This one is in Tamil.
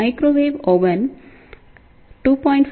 microwave oven 2